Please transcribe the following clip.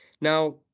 now